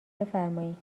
بفرمایین